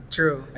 True